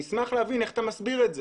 אשמח להבין איך אתה מסביר את זה.